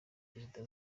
perezida